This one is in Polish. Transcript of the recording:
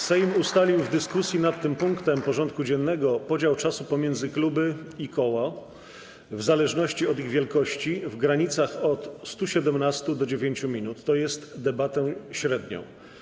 Sejm ustalił w dyskusji nad tym punktem porządku dziennego podział czasu pomiędzy kluby i koło, w zależności od ich wielkości, w granicach od 117 do 9 minut, tj. debatę średnią.